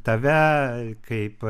tave kaip